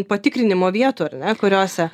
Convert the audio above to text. patikrinimo vietų ar ne kuriose